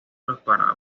imperio